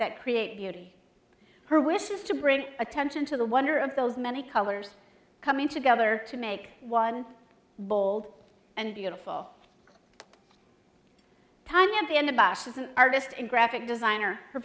that create beauty her wishes to bring attention to the wonder of those many colors coming together to make one bold and beautiful time at the end about as an artist and graphic designer